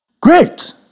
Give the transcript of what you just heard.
Great